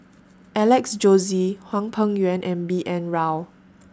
Alex Josey Hwang Peng Yuan and B N Rao